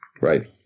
Right